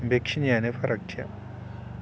बेखिनियानो फारागथिया